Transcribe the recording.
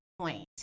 point